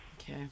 okay